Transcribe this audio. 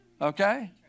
Okay